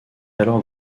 alors